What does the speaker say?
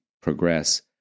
progress